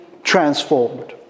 transformed